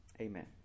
Amen